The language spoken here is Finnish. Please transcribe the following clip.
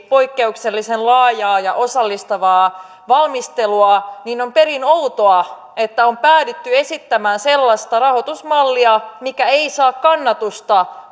poikkeuksellisen laajaa ja osallistavaa valmistelua niin on perin outoa että on päädytty esittämään sellaista rahoitusmallia mikä ei saa kannatusta